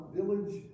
village